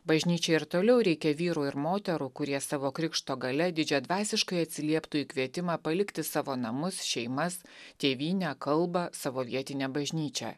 bažnyčiai ir toliau reikia vyrų ir moterų kurie savo krikšto galia didžiadvasiškai atsilieptų į kvietimą palikti savo namus šeimas tėvynę kalbą savo vietinę bažnyčią